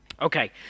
Okay